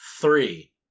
three